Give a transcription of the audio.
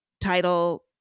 title